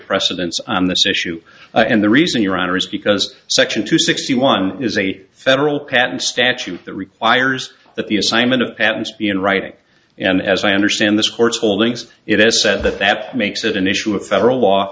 precedents on this issue and the reason your honor is because section two sixty one is a federal patent statute that requires that the assignment of patents be in writing and as i understand this court's rulings it has said that that makes it an issue of federal law